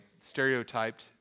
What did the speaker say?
stereotyped